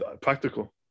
Practical